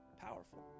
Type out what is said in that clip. Powerful